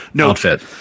outfit